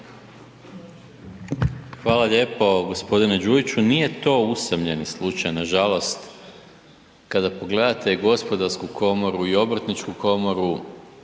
Hvala lijepo. G. Đujiću, nije to usamljeni slučaj nažalost, kada pogledate Gospodarsku komoru i Obrtničku komoru